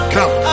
Come